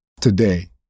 today